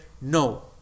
no